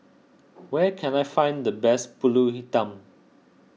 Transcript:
where can I find the best Pulut Hitam